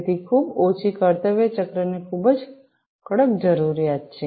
તેથી ખૂબ ઓછી કર્તવ્ય ચક્રની ખૂબ જ કડક જરૂરિયાત છે